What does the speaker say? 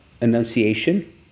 Annunciation